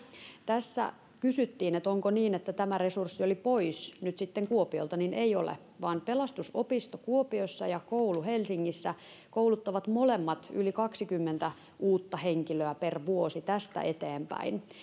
tässä kysyttiin onko niin että tämä resurssi oli nyt sitten pois kuopiolta ei ole vaan pelastusopisto kuopiossa ja koulu helsingissä kouluttavat molemmat yli kaksikymmentä uutta henkilöä per vuosi tästä eteenpäin